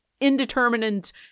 indeterminate